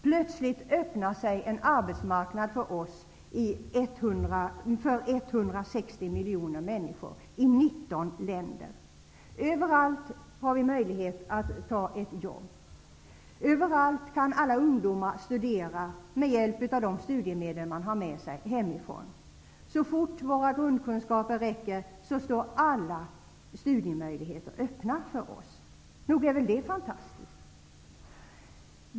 Plötsligt öppnar sig en arbetsmarknad för oss i 19 länder med 160 miljoner invånare. Överallt har vi möjlighet att ta ett jobb. Överallt kan alla ungdomar studera med hjälp av de studiemedel de har med sig hemifrån. Så snart förkunskaperna räcker, står alla studiemöjligheter öppna för oss. Nog är väl det fantastiskt!